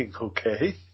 okay